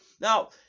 Now